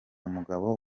mugabo